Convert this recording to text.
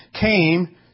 came